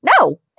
No